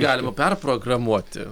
galima perprogramuoti